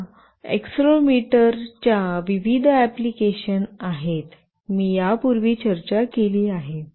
या एक्सेलेरोमीटर च्या विविध अँप्लिकेशन आहेत मी यापूर्वी चर्चा केली आहे